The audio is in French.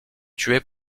tué